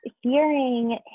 hearing